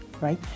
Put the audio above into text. right